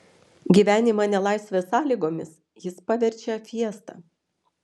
gyvenimą nelaisvės sąlygomis jis paverčia fiesta